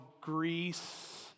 Greece